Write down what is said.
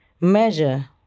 measure